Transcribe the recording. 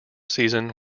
season